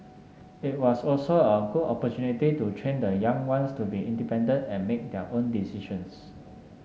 it was also a good opportunity to train the young ones to be independent and make their own decisions